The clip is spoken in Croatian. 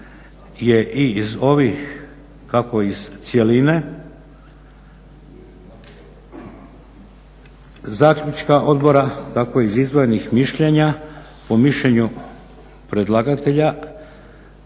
je i iz ovih kako iz cjeline zaključka odbora tako iz izdvojenih mišljenja po mišljenju predlagatelja